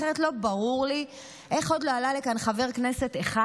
אחרת לא ברור לי איך עוד לא עלה לכאן חבר כנסת אחד